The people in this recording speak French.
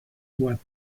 watt